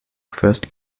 first